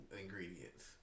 ingredients